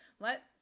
Let